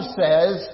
says